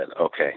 okay